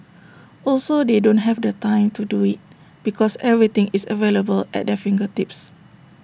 also they don't have the time to do IT because everything is available at their fingertips